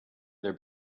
their